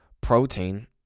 Protein